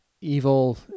evil